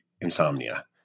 insomnia